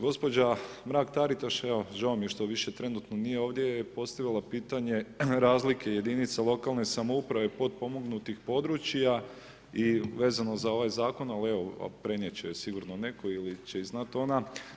Gospođa Mrak-Taritaš evo, žao mi je što više trenutno nije ovdje, je postavila pitanje razlike jedinica lokalne samouprave i potpomognutih područja i vezano za ovaj zakon, ali evo prenijet će joj sigurno netko ili će i znat ona.